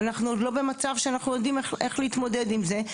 אנחנו עוד לא במצב שאנחנו יודעים איך להתמודד עם זה,